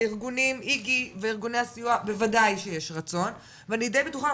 הארגונים איגי וארגוני הסיוע בוודאי שיש רצון ואני די בטוחה,